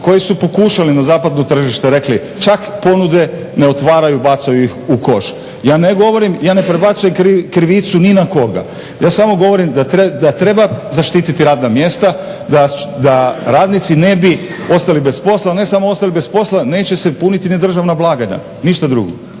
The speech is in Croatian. koji su pokušali na zapadno tržište rekli čak ponude ne otvaraju, bacaju ih u koš. Ja ne govorim, ja ne prebacujem krivicu ni na koga. Ja samo govorim da treba zaštititi radna mjesta da radnici ne bi ostali bez posla. Ne samo ostali bez posla, neće se puniti ni državna blagajna. Ništa drugo.